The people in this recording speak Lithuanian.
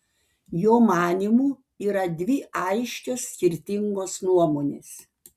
jo manymu yra dvi aiškios skirtingos nuomonės